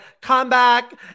comeback